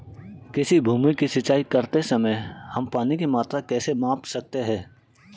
किसी भूमि की सिंचाई करते समय हम पानी की मात्रा कैसे माप सकते हैं?